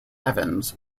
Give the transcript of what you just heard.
evans